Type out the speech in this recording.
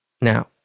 now